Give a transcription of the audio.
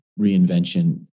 reinvention